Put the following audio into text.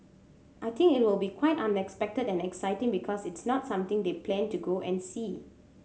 I think it will be quite unexpected and exciting because it's not something they plan to go and see